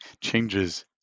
changes